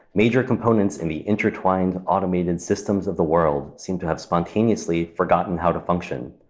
major components in the intertwined automated systems of the world seemed to have spontaneously forgotten how to function.